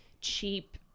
cheap